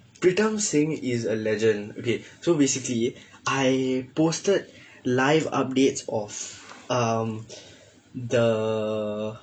pritam singh is a legend okay so basically I posted live updates of um the